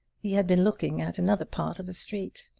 he had been looking at another part of the street.